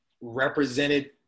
represented